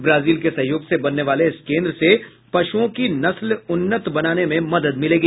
Brazil के सहयोग से बनने वाले इस केन्द्र से पशुओ की नस्ल उन्नत बनाने में मदद मिलेगी